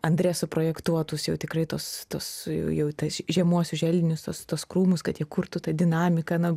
andrė suprojektuotus jau tikrai tos tos jau tas žiemos želdinius tuos tuos krūmus kad jie kurtų tą dinamiką na